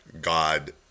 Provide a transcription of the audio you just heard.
God